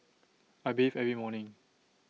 I bathe every morning